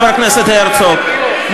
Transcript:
חבר הכנסת הרצוג,